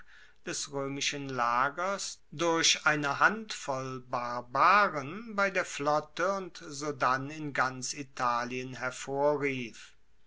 des roemischen lagers durch eine handvoll barbaren bei der flotte und sodann in ganz italien hervorrief